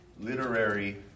literary